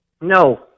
No